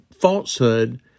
falsehood